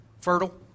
fertile